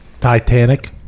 Titanic